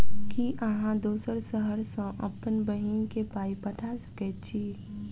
की अहाँ दोसर शहर सँ अप्पन बहिन केँ पाई पठा सकैत छी?